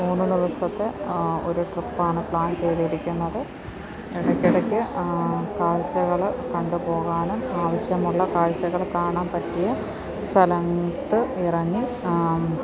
മൂന്ന് ദിവസത്തെ ഒരു ട്രിപ്പാണ് പ്ലാൻ ചെയ്തിരിക്കുന്നത് ഇടയ്ക്കിടക്ക് കാഴ്ച്ചകൾ കണ്ടുപോകാനും ആവശ്യമുള്ള കാഴ്ചകൾ കാണാൻ പറ്റിയ സ്ഥലത്ത് ഇറങ്ങി